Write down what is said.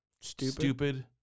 stupid